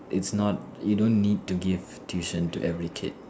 it's not you don't need to give tuition to every kid